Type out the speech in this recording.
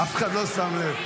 להמשיך?